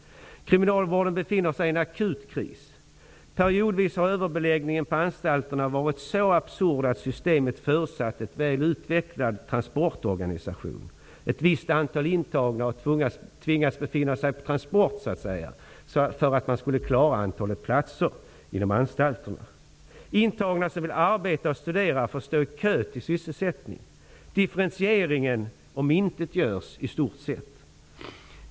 Kriminalvården befinner sig i en akut kris. Periodvis har överbeläggningen på anstalterna varit så absurd att systemet har förutsatt en väl utvecklad transportorganisation. Ett visst antal intagna har tvingats befinna sig under transport för att man skulle klara antalet platser inom anstalterna. Intagna som vill arbeta och studera får stå i kö till sysselsättning. Differentieringen omintetgörs i stort sett.